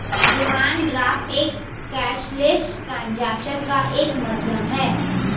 demand draft एक cashless transaction का एक माध्यम है